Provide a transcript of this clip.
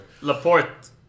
Laporte